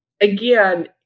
again